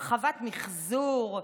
הרחבת מחזור,